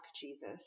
Jesus